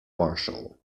marshall